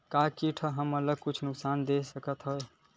का कीट ह हमन ला कुछु नुकसान दे सकत हे?